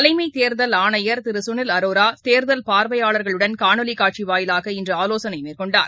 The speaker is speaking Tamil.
தலைமைத்தேர்தல் ஆணையர் திருசுனில் அரோரா தேர்தல் பார்வையாளர்களுடன் காணொலிகாட்சிவாயிலாக இன்றுஆலோசனைமேற்கொண்டார்